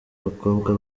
abakobwa